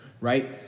right